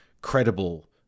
credible